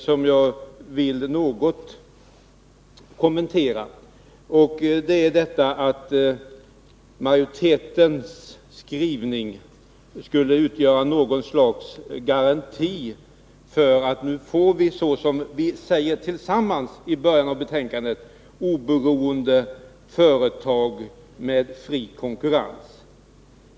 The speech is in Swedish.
Det gällde att majoritetens skrivningar skulle utgöra något slags garanti för att vi nu får — vilket vi säger tillsammans i början av betänkandet — oberoende företag och fri konkurrens.